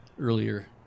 earlier